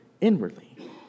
inwardly